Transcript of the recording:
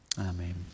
Amen